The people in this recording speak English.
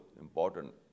important